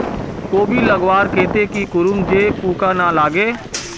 कोबी लगवार केते की करूम जे पूका ना लागे?